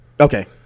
Okay